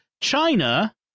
China